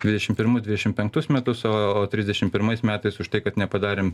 dvidešimt pirmus dvidešimt penktus metus o o trisdešimt pirmais metais už tai kad nepadarėm